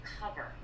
cover